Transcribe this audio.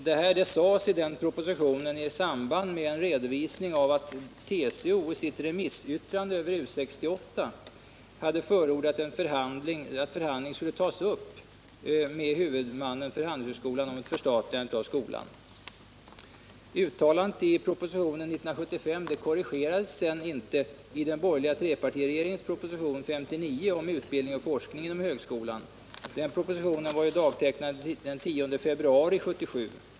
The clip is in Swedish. Detta sades i propositionen i samband med en redovisning av att TCO i sitt remissyttrande över U 68 hade förordat att förhandlingar skulle tas upp med huvudmannen för Handelshögskolan om ett förstatligande av skolan. Uttalandet i propositionen 1975:9 korrigerades inte i den borgerliga trepartiregeringens proposition 1976/77:59 om utbildning och forskning inom högskolan. Den propositionen var dagtecknad den 10 februari 1977.